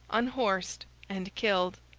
unhorsed and killed.